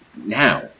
Now